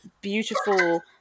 beautiful